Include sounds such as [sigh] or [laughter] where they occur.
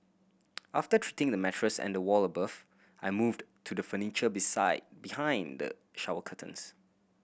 [noise] after treating the mattress and the wall above I moved to the furniture beside behind the shower curtains